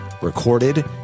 recorded